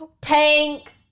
Pink